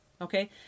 Okay